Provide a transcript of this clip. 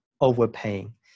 overpaying